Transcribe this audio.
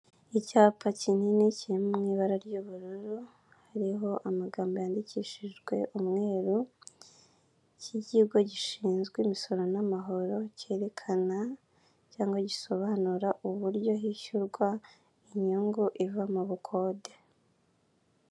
Icyapa kinini kiri mu ibara ry'ubururu hariho amagambo yandikishijwe umweru, k'ikigo gishinzwe imisoro n'amahoro cyerekana cyangwa gisobanura uburyo hishyurwa inyungu iva mu bukode.